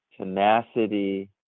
tenacity